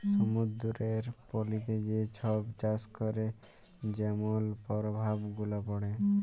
সমুদ্দুরের পলিতে যে ছব চাষ ক্যরে যেমল পরভাব গুলা পড়ে